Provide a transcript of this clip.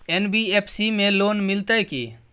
NBFC में loan मिलते की?